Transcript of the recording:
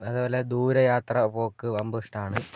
അതുപോലെ ദൂരയാത്ര പോക്ക് റൊമ്പ ഇഷ്ടമാണ്